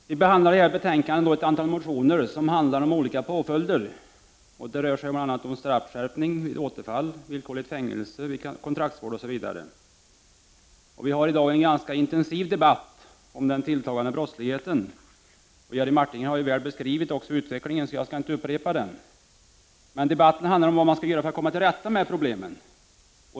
Herr talman! Vi behandlar i detta betänkande ett antal motioner som handlar om olika påföljder. Det rör sig bl.a. om straffskärpning vid återfall, villkorligt fängelsestraff vid kontraktsvård, m.m. Vi har i dag en ganska intensiv debatt om den tilltagande brottsligheten. Jerry Martinger har här väl beskrivit utvecklingen, så jag skall inte upprepa den. Debatten handlar om vad man skall göra för att komma till rätta med problemen.